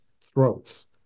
throats